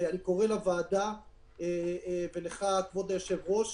אני קורא לוועדה ולך, כבוד היושב-ראש,